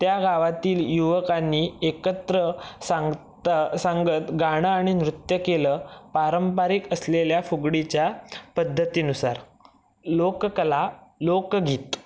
त्या गावातील युवकांनी एकत्र सांगता सांगत गाणं आणि नृत्य केलं पारंपरिक असलेल्या फुगडीच्या पद्धतीनुसार लोककला लोकगीत